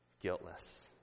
guiltless